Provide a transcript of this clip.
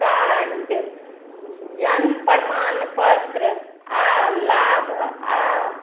card जन्म प्रमाण पत्र आओर लाभ आ